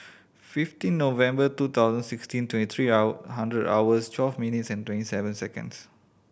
fifteen November two thousand sixteen twenty three hundred hours twelve minutes and twenty seven seconds